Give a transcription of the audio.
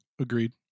Agreed